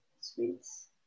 sweets